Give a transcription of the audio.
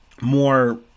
more